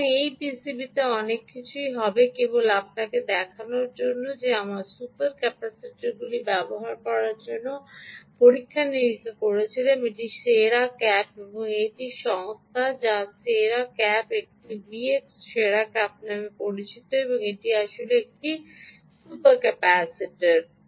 সুতরাং এই পিসিবিতে অনেক কিছুই তবে কেবল আপনাকে দেখানোর জন্য যে আমরা সুপার ক্যাপাসিটারগুলি ব্যবহার করার জন্য পরীক্ষা নিরীক্ষা করছিলাম এটি সেরা ক্যাপ এটি একটি সংস্থা যা সেরা ক্যাপ একটি Vx সেরা ক্যাপ নামে পরিচিত এবং এটি আসলে একটি সুপার ক্যাপাসিটার